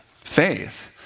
faith